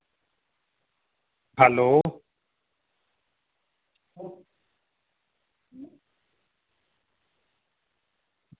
hello